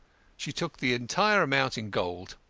she took the entire amount in gold.